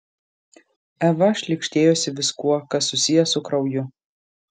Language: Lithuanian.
eva šlykštėjosi viskuo kas susiję su krauju